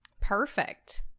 Perfect